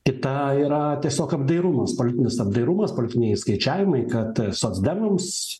kita yra tiesiog apdairumas politinis apdairumas politiniai išskaičiavimai kad socdemams